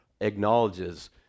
acknowledges